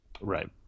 Right